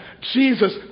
Jesus